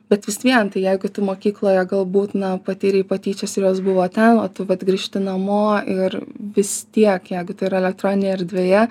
bet vis vien tai jeigu tu mokykloje galbūt na patyrei patyčias ir jos buvo ten o vat grįžti namo ir vis tiek jeigu tai yra elektroninėj erdvėje